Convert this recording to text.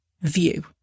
view